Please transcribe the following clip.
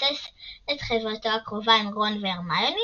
מבסס את חברותו הקרובה עם רון והרמיוני